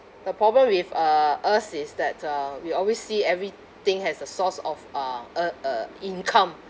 the problem with uh us is that uh we always see everything as a source of uh a a income